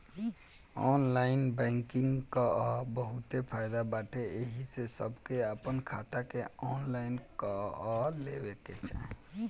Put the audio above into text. online banking कअ बहुते फायदा बाटे एही से सबके आपन खाता के ऑनलाइन कअ लेवे के चाही